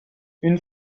une